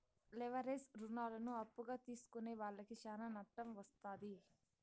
leverage రుణాలను అప్పుగా తీసుకునే వాళ్లకి శ్యానా నట్టం వత్తాది